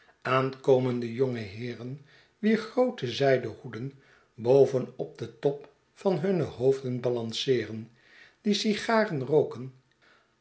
aankomende jonge heeren wier groote zijden hoeden boven op den top van hunne hoofden balanceeren die sigaren rooken